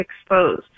exposed